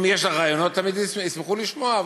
אם יש לך רעיונות, ישמחו לשמוע,